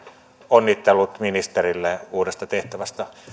onnittelut ministerille uudesta tehtävästä